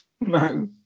No